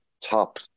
top